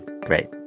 Great